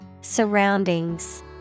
Surroundings